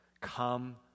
Come